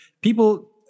people